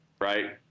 right